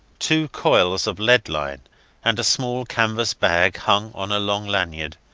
two coils of lead-line and a small canvas bag hung on a long lanyard,